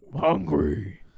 Hungry